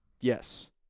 Yes